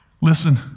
Listen